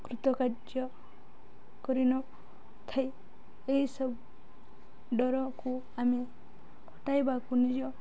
ହିତକାର୍ଯ୍ୟ କରିନଥାଏ ଏହିସବୁ ଡରକୁ ଆମେ ହଟାଇବାକୁ ନିଜ